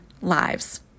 lives